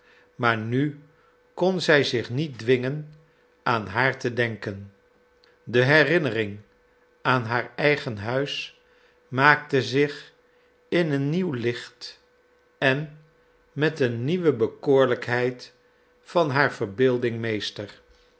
maar nu kon zij zich niet dwingen aan haar te denken de herinnering aan haar eigen huis maakte zich in een nieuw licht en met een nieuwe bekoorlijkheid van haar verbeelding meester